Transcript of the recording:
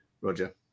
Roger